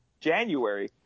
January